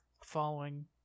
following